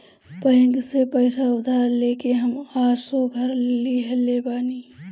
bank से पईसा उधारी लेके हम असो घर लीहले बानी